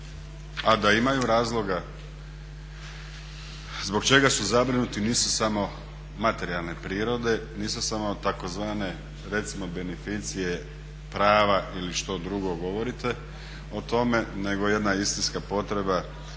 A da imaju razloga zbog čega su zabrinuti nisu samo materijalne prirode, nisu samo tzv. recimo "beneficije" prava ili što drugo govorite o tome nego jedna istinska potreba